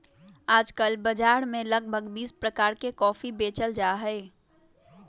आजकल बाजार में लगभग बीस प्रकार के कॉफी बेचल जाहई